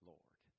Lord